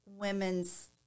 women's